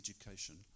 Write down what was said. education